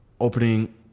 opening